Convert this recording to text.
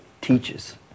teaches